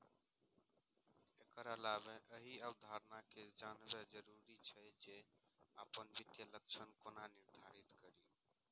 एकर अलावे एहि अवधारणा कें जानब जरूरी छै, जे अपन वित्तीय लक्ष्य कोना निर्धारित करी